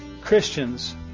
Christians